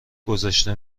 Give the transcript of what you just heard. گذاشته